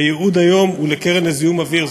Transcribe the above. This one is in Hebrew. והייעוד היום הוא לקרן לזיהום אוויר.